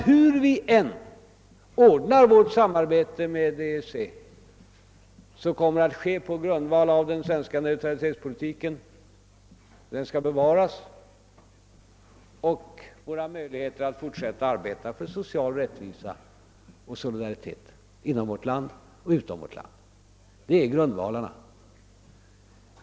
Hur vi än ordnar vårt samarbete med EEC kommer det att ske på grundval av att den svenska neutralitetspolitiken skall bevaras och att våra möjligheter att fortsätta att arbeta för social rättvisa och solidaritet inom och utom vårt land skall bibehållas. ,Detta är grundvalarna.